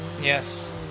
Yes